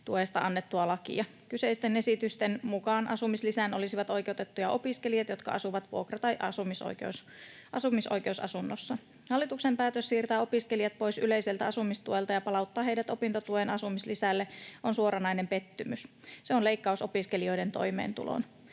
asumistuesta annettua lakia. Kyseisten esitysten mukaan asumislisään olisivat oikeutettuja opiskelijat, jotka asuvat vuokra- tai asumisoikeusasunnossa. Hallituksen päätös siirtää opiskelijat pois yleiseltä asumistuelta ja palauttaa heidät opintotuen asumislisälle on suoranainen pettymys. Se on leikkaus opiskelijoiden toimeentuloon.